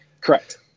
Correct